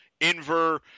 Inver